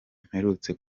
mperutse